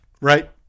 Right